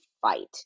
fight